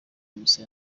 misa